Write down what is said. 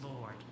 Lord